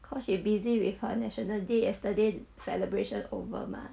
cause she busy with her national day yesterday celebration over mah